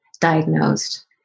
diagnosed